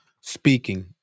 speaking